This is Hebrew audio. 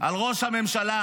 על ראש הממשלה.